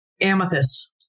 amethyst